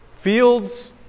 Fields